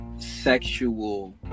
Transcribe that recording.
sexual